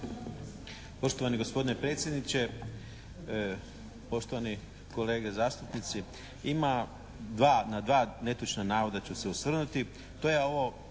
Poštovani gospodine predsjedniče, poštovani kolege zastupnici, ima dva, na dva netočna navoda ću se osvrnuti.